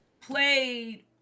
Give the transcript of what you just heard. played